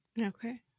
Okay